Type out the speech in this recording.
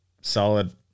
solid